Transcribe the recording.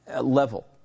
level